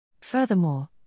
Furthermore